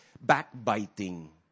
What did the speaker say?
backbiting